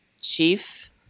chief